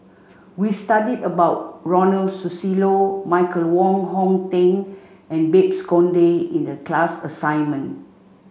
we studied about Ronald Susilo Michael Wong Hong Teng and Babes Conde in the class assignment